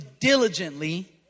diligently